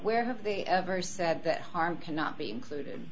where have they ever said that harm cannot be included